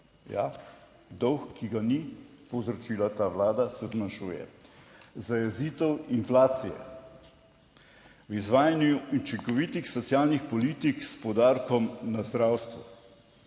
dolg, ki ga ni povzročila ta Vlada, se zmanjšuje. Zajezitev inflacije, v izvajanju učinkovitih socialnih politik s poudarkom na zdravstvu,